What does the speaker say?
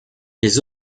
les